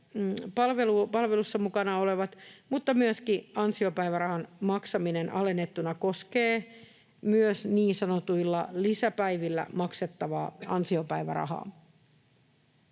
palvelussa mukana oleminen, mutta myöskin ansiopäivärahan maksaminen alennettuna koskee myös niin sanotuilta lisäpäiviltä maksettavaa ansiopäivärahaa.